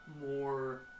more